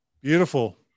Beautiful